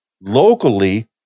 locally